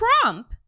Trump